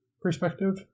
perspective